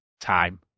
time